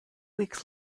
weeks